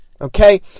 Okay